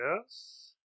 yes